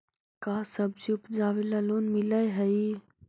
का सब्जी उपजाबेला लोन मिलै हई?